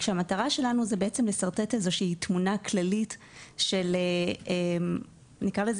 כשהמטרה שלנו היא בעצם לשרטט איזו שהיא תמונה כללית של נקרא לזה